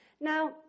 Now